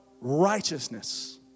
righteousness